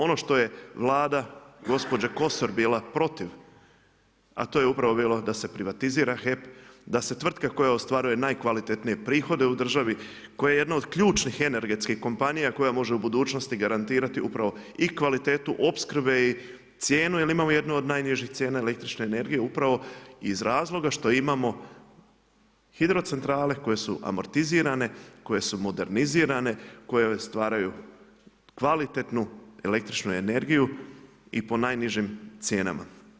Ono što je Vlada gospođe Kosor bila protiv, a to je upravo bilo da se privatizira HEP, da se tvrtke koje ostvaruju najkvalitetnije prihode u državi, koje je jedno od ključnih energetskih kompanija koja može u budućnosti garantirati upravo i kvalitetu opskrbe i cijenu, jer imamo jednu od najnižih cijena električne energije, upravo iz razloga što imamo hidrocentrale koje su amortizirane, koje su modernizirane, koje uvijek stvaraju kvalitetnu električnu energiju i po najnižim cijenama.